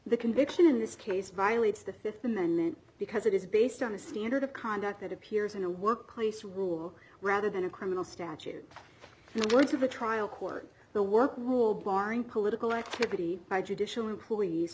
the conviction in this case violates the th amendment because it is based on a standard of conduct that appears in a workplace rule rather than a criminal statute in the words of the trial court the work rule barring political activity by judicial employees